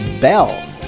Bell